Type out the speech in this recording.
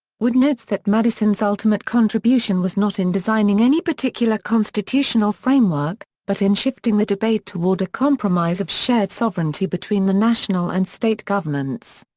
wood notes that madison's ultimate contribution was not in designing any particular constitutional framework, but in shifting the debate toward a compromise of shared sovereignty between the national and state governments.